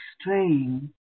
straying